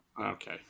Okay